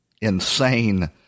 insane